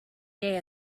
day